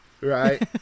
right